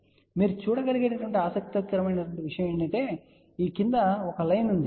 ఇప్పుడు మీరు చూడగలిగే ఆసక్తికరమైన విషయం ఏమిటంటే ఈ క్రింద ఒక లైన్ ఉంది